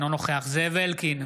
אינו נוכח זאב אלקין,